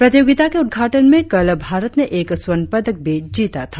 प्रतियोगिता के उदघाटन में कल भारत ने एक स्वर्ण पदक भी जीता था